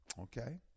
okay